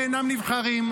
שאינם נבחרים?